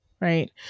right